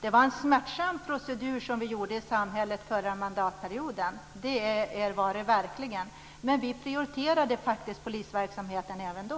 Det var verkligen en smärtsam procedur som vi gick igenom i samhället förra mandatperioden, men vi prioriterade polisverksamheten även då.